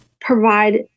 provide